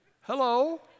Hello